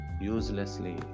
uselessly